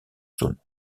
saône